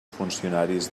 funcionaris